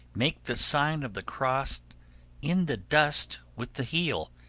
make the sign of the cross in the dust with the heel,